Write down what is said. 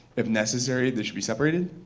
if necessary, they should be separated.